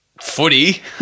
footy